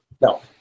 No